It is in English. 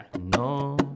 no